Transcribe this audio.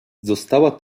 została